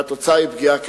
והתוצאה היא פגיעה קשה.